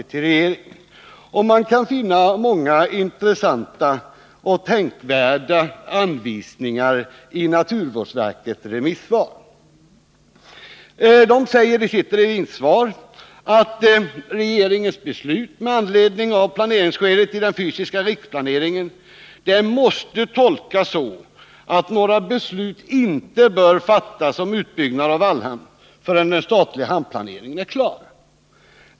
I naturvårdsverkets remissvar kan man finna många intressanta och tänkvärda anvisningar. Verket säger i sitt remissvar att regeringens beslut med anledning av planeringsskedet i den fysiska riksplaneringen måste tolkas så, att några beslut inte bör fattas om utbyggnad av Vallhamn förrän den statliga hamnplaneringen är klar.